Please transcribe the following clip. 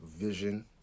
Vision